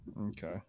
Okay